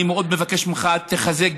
אני מאוד מבקש ממך: תחזק,